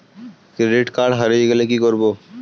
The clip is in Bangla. ক্রেডিট কার্ড হারিয়ে গেলে কি করব?